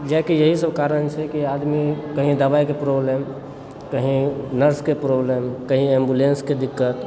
जायके यहीसभ कारण छै कि आदमी कही दबाइके प्रॉब्लम कही नर्सके प्रॉब्लम कही एम्बुलेन्सके दिक्कत